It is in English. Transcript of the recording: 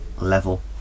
level